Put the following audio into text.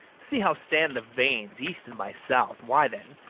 see how stand the vanes east and by south why, then,